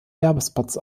werbespots